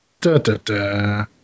Da-da-da